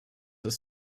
ist